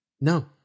No